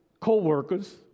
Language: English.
co-workers